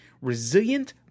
resilient